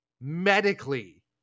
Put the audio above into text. medically